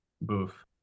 boof